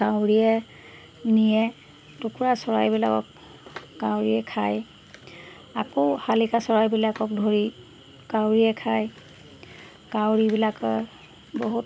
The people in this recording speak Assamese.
কাউৰীয়ে নিয়ে টুকুৰা চৰাইবিলাকক কাউৰীয়ে খায় আকৌ শালিকা চৰাইবিলাকক ধৰি কাউৰীয়ে খায় কাউৰীবিলাকৰ বহুত